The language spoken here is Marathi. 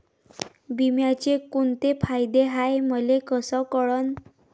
बिम्याचे कुंते फायदे हाय मले कस कळन?